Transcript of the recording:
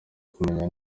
kumenya